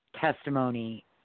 testimony